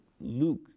Luke